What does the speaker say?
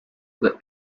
the